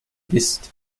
bist